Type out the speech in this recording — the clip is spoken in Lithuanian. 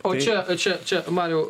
o čia čia čia mariau